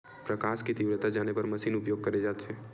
प्रकाश कि तीव्रता जाने बर का मशीन उपयोग करे जाथे?